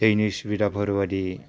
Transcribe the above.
दैनि सुबिदाफोरबायदि